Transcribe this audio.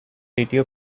radio